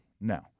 No